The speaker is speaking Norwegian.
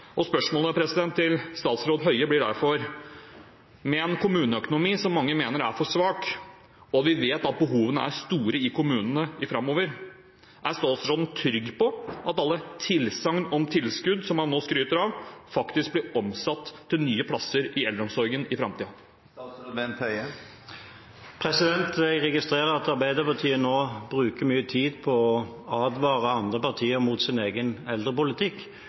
Spørsmålet til statsråd Høie blir derfor: Med en kommuneøkonomi som mange mener er for svak, og at vi vet at behovene blir store i kommunene framover, er statsråden trygg på at alle tilsagn om tilskudd, som han nå skryter av, faktisk blir omsatt til nye plasser i eldreomsorgen i framtiden? Jeg registrerer at Arbeiderpartiet nå bruker mye tid på å advare andre partier mot sin egen eldrepolitikk